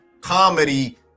comedy